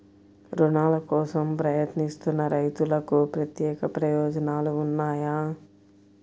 రుణాల కోసం ప్రయత్నిస్తున్న రైతులకు ప్రత్యేక ప్రయోజనాలు ఉన్నాయా?